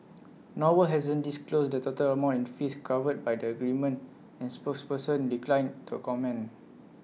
noble hasn't disclosed the total amount in fees covered by the agreement and spokesperson declined to comment